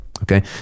Okay